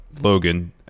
Logan